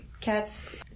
Cats